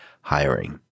hiring